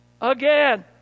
again